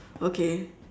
okay